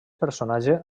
personatge